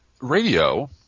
radio